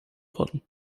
worden